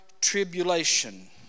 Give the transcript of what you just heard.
tribulation